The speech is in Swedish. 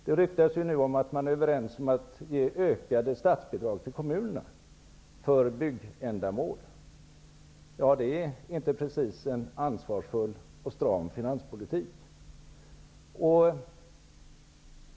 Det ryktas ju nu om att man är överens om att ge ökade statsbidrag till kommunerna för byggändamål. Det är inte precis en ansvarsfull och stram finanspolitik.